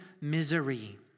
misery